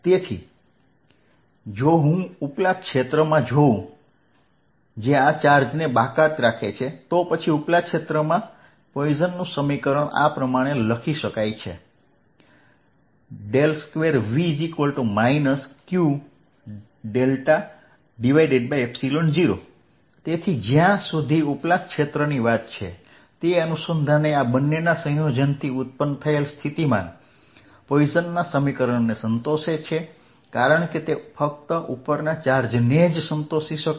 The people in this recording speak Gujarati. તેથી જો હું ઉપલા ક્ષેત્ર માં જોઉં છું જે આ ચાર્જને બાકાત રાખે છે તો પછી ઉપલા ક્ષેત્રમાં પોઈસનનું સમીકરણ આ પ્રમાણે લખી શકાય 2V q δ0 તેથી જ્યાં સુધી ઉપલા ક્ષેત્રની વાત છે તે અનુસંધાને આ બંનેના સંયોજનથી ઉત્પન્ન થયેલ સ્થિતિમાન પોઈસનના સમીકરણને સંતોષે છે કારણ કે તે ફક્ત ઉપરના ચાર્જને જ સંતોષી શકે છે